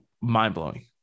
mind-blowing